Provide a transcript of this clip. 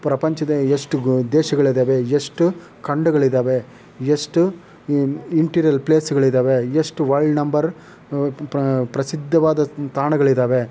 ಪ್ರಪಂಚದ ಎಷ್ಟು ಗೊ ದೇಶಗಳಿದ್ದಾವೆ ಎಷ್ಟು ಖಂಡಗಳಿದ್ದಾವೆ ಎಷ್ಟು ಇಂಟೀರಿಯರ್ ಪ್ಲೇಸ್ಗಳಿದ್ದಾವೆ ಎಷ್ಟು ವರ್ಲ್ಡ್ ನಂಬರ್ ಪ್ರಸಿದ್ದವಾದ ತಾಣಗಳಿದ್ದಾವೆ